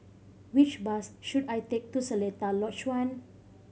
which bus should I take to Seletar Lodge One